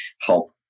help